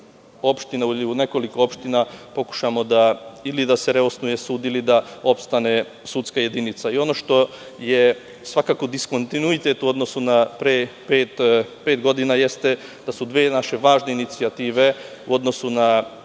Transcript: argumentima u nekoliko opština pokušamo ili da se reosnuje sud ili da opstane sudska jedinica. Ono što je svakako diskontinuitet u odnosu na pre pet godina jeste da su dve naše važne inicijative u odnosu na